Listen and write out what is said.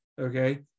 okay